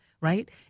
right